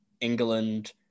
England